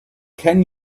can